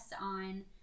on